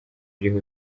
iriho